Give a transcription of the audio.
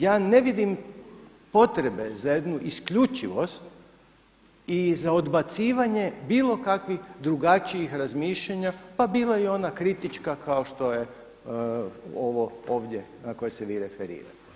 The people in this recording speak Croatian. Ja ne vidim potrebe za jednu isključivost i za odbacivanje bilo kakvih drugačijih razmišljanja pa bila i ona kritička kao što je ovo ovdje na koje se vi referirate.